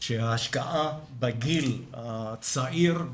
שההשקעה בגיל הצעיר,